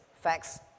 facts